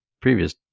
previous